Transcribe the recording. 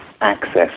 access